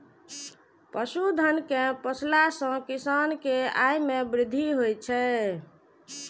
पशुधन कें पोसला सं किसान के आय मे वृद्धि होइ छै